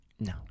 No